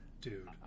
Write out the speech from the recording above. dude